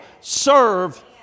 serve